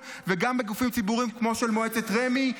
כראש רט"ג.